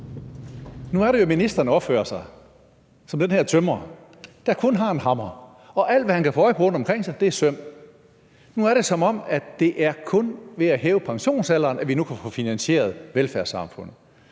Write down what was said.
Nu er det jo, ministeren opfører sig som den her tømrer, der kun har en hammer, og alt, hvad han kan få øje på rundt omkring sig, er søm. Nu er det, som om det kun er ved at hæve pensionsalderen, at vi kan få finansieret velfærdssamfundet,